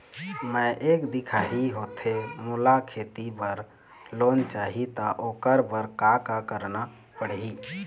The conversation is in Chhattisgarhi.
मैं एक दिखाही होथे मोला खेती बर लोन चाही त ओकर बर का का करना पड़ही?